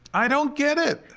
i don't get it.